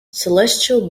celestial